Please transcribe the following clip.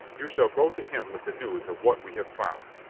you shall go to him with the news of what we have found.